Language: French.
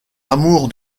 amour